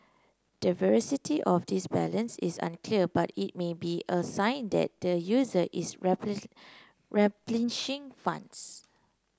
the veracity of this balance is unclear but it may be a sign that the user is replenishing funds